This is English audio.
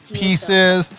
pieces